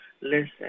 listen